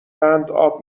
قنداب